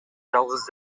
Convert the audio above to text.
жалгыз